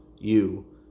You